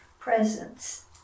presence